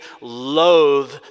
loathe